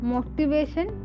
Motivation